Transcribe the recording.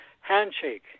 handshake